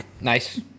Nice